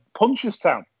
Punchestown